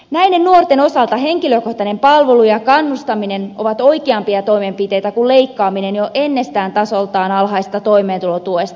näiden nuorten osalta henkilökohtainen palvelu ja kannustaminen ovat oikeampia toimenpiteitä kuin leikkaaminen jo ennestään tasoltaan alhaisesta toimeentulotuesta